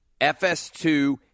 FS2